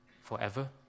forever